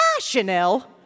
Chanel